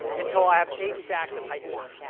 until i have a stacks of height one.